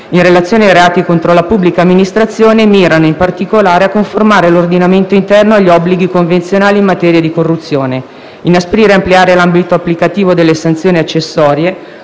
in relazione ai reati contro la pubblica amministrazione, mirano in particolare a conformare l'ordinamento interno agli obblighi convenzionali in materia di corruzione, a inasprire e ampliare l'ambito applicativo delle sanzioni accessorie,